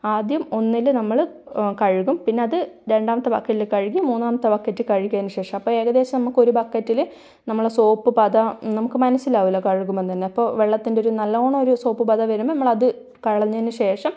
ആദ്യം ഒന്നിൽ നമ്മൾ കഴുകും പിന്നെ അത് രണ്ടാമത്തെ ബക്കറ്റിൽ കഴുകി മൂന്നാമത്തെ ബക്കറ്റ് കഴുകിയതിന് ശേഷം അപ്പം ഏകദേശം നമുക്കൊരു ബക്കറ്റിൽ നമ്മളെ സോപ്പ് പത നമുക്ക് മനസ്സിലാവുമല്ലോ കഴുകുമ്പോൾ തന്നെ അപ്പോൾ വെള്ളത്തിൻ്റെ ഒരു നല്ല വണ്ണം ഒരു സോപ്പു പത വരുമ്പോൾ നമ്മൾ അത് കളഞ്ഞതിനു ശേഷം